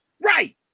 Right